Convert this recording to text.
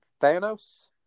Thanos